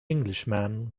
englishman